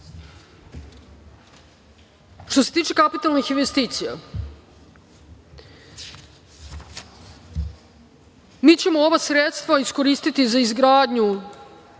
BDP.Što se tiče kapitalnih investicija, mi ćemo ova sredstva iskoristiti za završetak